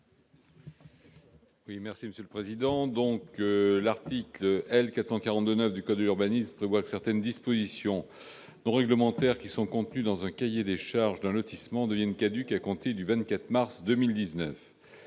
M. Jean-Marc Gabouty. L'article L. 442-9 du code de l'urbanisme prévoit que certaines dispositions non réglementaires qui sont contenues dans un cahier des charges d'un lotissement deviennent caduques à compter du 24 mars 2019.